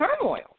turmoil